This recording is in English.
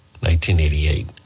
1988